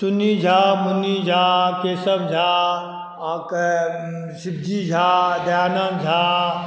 चुन्नी झा मुन्नी झा केशव झा अहाँके शिवजी झा दयानन्द झा